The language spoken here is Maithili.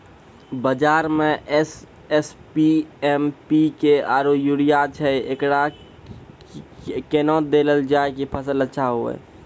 बाजार मे एस.एस.पी, एम.पी.के आरु यूरिया छैय, एकरा कैना देलल जाय कि फसल अच्छा हुये?